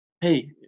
Hey